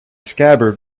scabbard